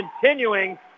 continuing